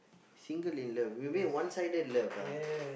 single in love you mean one sided love ah